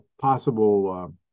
possible